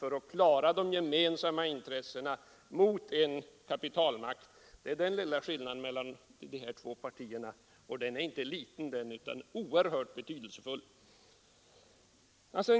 för att klara de gemensamma intressena mot en kapitalmakt. Det är den skillnaden mellan de här två partierna. Och den är inte liten, utan oerhört betydelsefull.